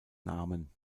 namen